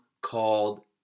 called